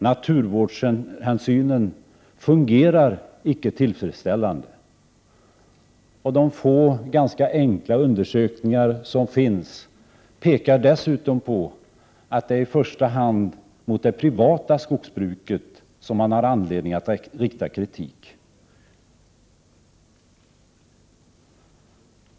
Naturvårdshänsynen fungerar icke tillfredsställande. De få, ganska enkla undersökningar som har gjorts pekar dessutom på att det i första hand är mot det privata skogsbruket som det finns anledning att rikta kritik.